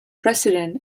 president